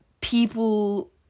people